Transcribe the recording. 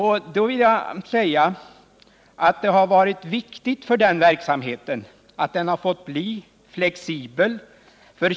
Här vill jag säga att det har varit viktigt att den verksamheten har fått vara flexibel.